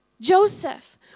Joseph